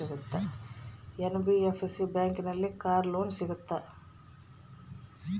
NBFC ಬ್ಯಾಂಕಿನಲ್ಲಿ car loan ಸಿಗುತ್ತಾ?